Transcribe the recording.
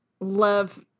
love